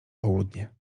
południe